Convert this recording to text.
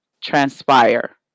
transpire